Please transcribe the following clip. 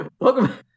Welcome